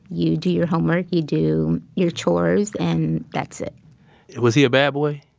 you do your homework. you do your chores and that's it it was he a bad boy?